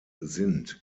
sind